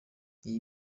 iyi